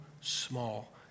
small